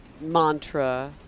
mantra